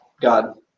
god